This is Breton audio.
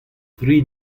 tri